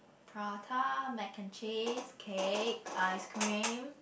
prata mac and cheese cake ice cream